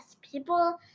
People